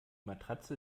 matratze